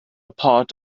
part